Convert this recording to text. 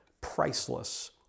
priceless